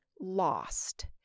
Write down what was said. lost